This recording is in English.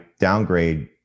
downgrade